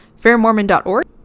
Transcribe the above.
fairmormon.org